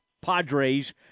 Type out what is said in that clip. Padres